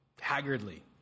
haggardly